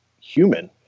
human